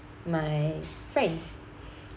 my friends